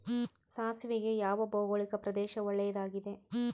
ಸಾಸಿವೆಗೆ ಯಾವ ಭೌಗೋಳಿಕ ಪ್ರದೇಶ ಒಳ್ಳೆಯದಾಗಿದೆ?